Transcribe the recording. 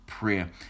Prayer